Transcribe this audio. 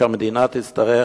שהמדינה תצטרך